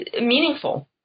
meaningful